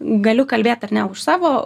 galiu kalbėt ar ne už savo